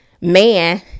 man